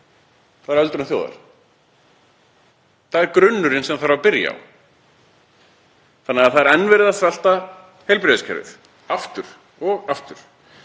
Það er öldrun þjóðar. Það er grunnurinn sem þarf að byrja á þannig að það er enn verið að svelta heilbrigðiskerfið, aftur og aftur.